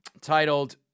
titled